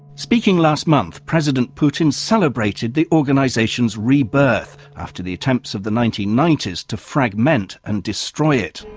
speaking last month, president putin celebrated the organisation's rebirth after the attempts of the nineteen ninety s to fragment and destroy it.